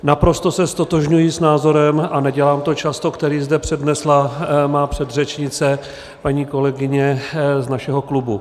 Naprosto se ztotožňuji s názorem, a nedělám to často, který zde přednesla má předřečnice, paní kolegyně z našeho klubu.